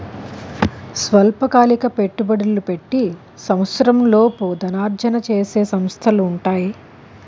స్వల్పకాలిక పెట్టుబడులు పెట్టి సంవత్సరంలోపు ధనార్జన చేసే సంస్థలు ఉంటాయి